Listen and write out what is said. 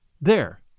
There